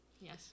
yes